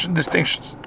distinctions